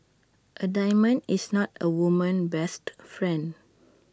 A diamond is not A woman's best friend